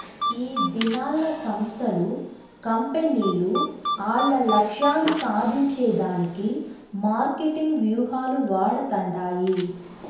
ఈదినాల్ల సంస్థలు, కంపెనీలు ఆల్ల లక్ష్యాలు సాధించే దానికి మార్కెటింగ్ వ్యూహాలు వాడతండాయి